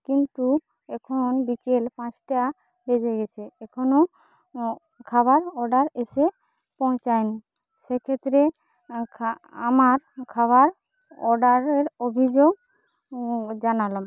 কিন্তু এখন বিকেল পাঁচটা বেজে গেছে এখনো খাবার অর্ডার এসে পৌঁছায়নি সেক্ষেত্রে আমার খাবার অর্ডারের অভিযোগ জানালাম